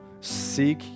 seek